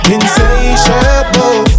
Insatiable